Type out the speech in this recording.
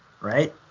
right